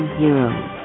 heroes